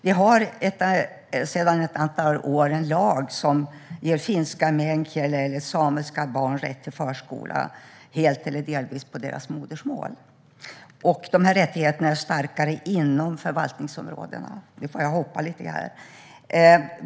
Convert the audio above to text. Vi har sedan ett antal år tillbaka en lag som ger finska barn och barn som talar meänkieli eller samiska rätt till förskola helt eller delvis på deras modersmål. Dessa rättigheter är starkare inom förvaltningsområdena.